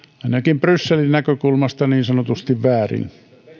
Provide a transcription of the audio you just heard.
ainakin brysselin näkökulmasta niin sanotusti väärin